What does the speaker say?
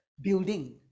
building